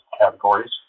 categories